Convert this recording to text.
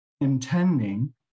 Intending